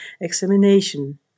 examination